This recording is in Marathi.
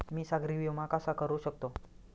मी सागरी विमा कसा करू शकतो?